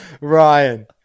Ryan